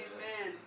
Amen